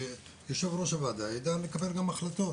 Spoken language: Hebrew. כדי שיו"ר הוועדה יידע גם לקבל החלטות.